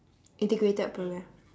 integrated programme